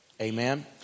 amen